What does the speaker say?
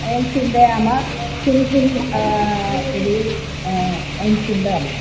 वयं चिन्तयामः किं किम् इति वयं चिन्तयामः